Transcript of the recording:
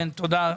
תודה.